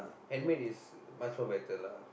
handmade is much more better lah